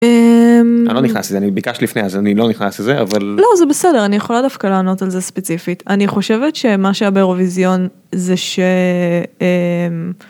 אני לא נכנס לזה, ביקשת לפני אז אני לא נכנס לזה אבל. לא זה בסדר אני יכולה דווקא לענות על זה ספציפית אני חושבת שמה שהיה באירוויזיון זה שהם.